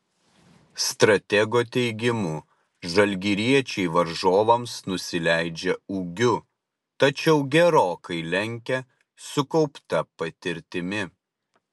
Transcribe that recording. stratego teigimu žalgiriečiai varžovams nusileidžia ūgiu tačiau gerokai lenkia sukaupta patirtimi